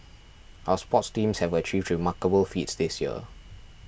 our sports teams have achieved remarkable feats this year